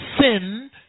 sin